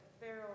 Pharaoh